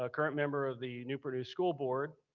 ah current member of the newport news school board.